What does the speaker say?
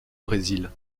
brésil